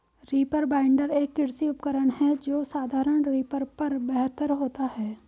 reaper binder, एक कृषि उपकरण है जो साधारण रीपर पर बेहतर होता है